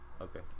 okay